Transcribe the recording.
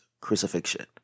crucifixion